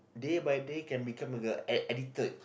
day by day can become uh ad~ addicted